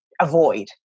avoid